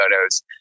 photos